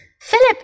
Philip